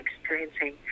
experiencing